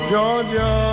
Georgia